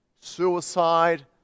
suicide